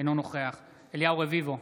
אינו נוכח אליהו רביבו,